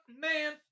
man